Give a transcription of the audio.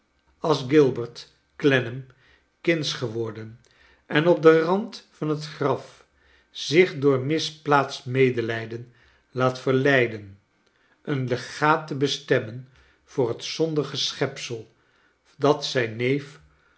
als gilbert clennam kindsch geworden en op den rand van het graf zich door misplaatst medelijden laat verleiden een legaat te bestemmen voor het zondige schepsel dat zijn neef